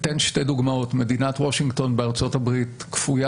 אתן שתי דוגמאות: מדינת וושינגטון בארצות-הברית כפויה